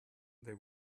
they